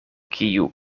kiu